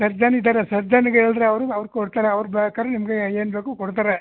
surgeon ಇದ್ದಾರೆ ಸರ್ಜನ್ಗೆ ಹೇಳಿದ್ರೆ ಅವರು ಅವ್ರು ಕೊಡ್ತಾರೆ ಅವ್ರು ಬೇಕಾದ್ರೆ ನಿಮಗೆ ಏನು ಬೇಕು ಕೊಡ್ತಾರೆ